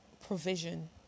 provision